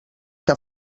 que